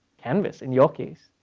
canvas in your case,